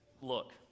Look